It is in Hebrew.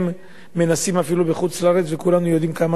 מנסים אפילו בחוץ-לארץ, וכולנו יודעים כמה זה קשה,